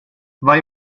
vai